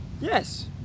Yes